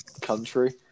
country